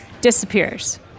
disappears